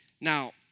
Now